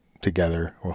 together